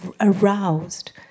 aroused